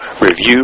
Review